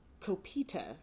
Copita